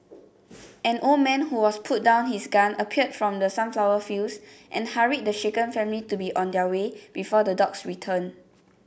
an old man who was putting down his gun appeared from the sunflower fields and hurried the shaken family to be on their way before the dogs return